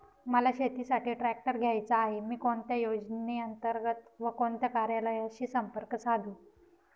मला शेतीसाठी ट्रॅक्टर घ्यायचा आहे, मी कोणत्या योजने अंतर्गत व कोणत्या कार्यालयाशी संपर्क साधू?